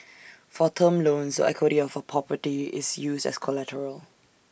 for term loans equity of A property is used as collateral